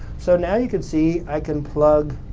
so now you could see i can plug